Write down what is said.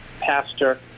Pastor